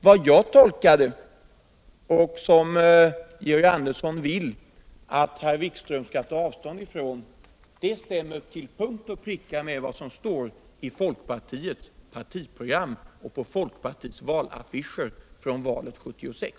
Min tolkning, som Georg Andersson vill att herr Wikström skall ta avstånd ifrån, stämmer till punkt och pricka med vad som står i folkpartiets partiprogram och vad som stod på folkpartiets affischer inför valet 1976.